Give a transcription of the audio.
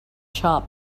sharp